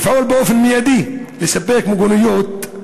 לפעול באופן מיידי ולספק מיגוניות,